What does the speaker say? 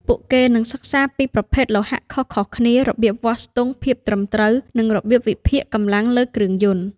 ពួកគេនឹងសិក្សាពីប្រភេទលោហៈខុសៗគ្នា របៀបវាស់ស្ទង់ភាពត្រឹមត្រូវ និងរបៀបវិភាគកម្លាំងលើគ្រឿងយន្ត។